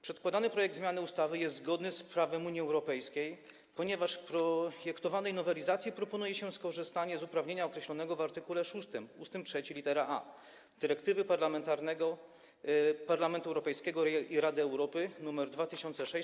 Przedkładany projekt zmiany ustawy jest zgodny z prawem Unii Europejskiej, ponieważ w projektowanej nowelizacji proponuje się skorzystanie z uprawnienia określonego w art. 6 ust. 3 lit. a dyrektywy Parlamentu Europejskiego i Rady Europy nr 2006/126.